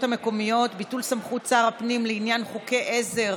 המקומיות (ביטול סמכות שר הפנים לעניין חוקי עזר